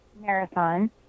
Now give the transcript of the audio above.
marathon